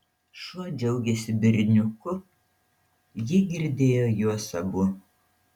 šuo džiaugėsi berniuku ji girdėjo juos abu